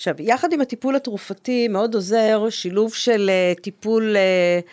עכשיו, יחד עם הטיפול התרופתי מאוד עוזר שילוב של טיפול...